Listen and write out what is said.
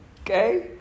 Okay